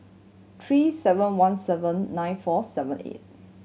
three seven one seven nine four seven eight